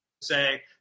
say